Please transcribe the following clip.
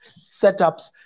setups